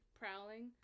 prowling